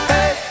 Hey